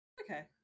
okay